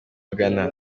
ghana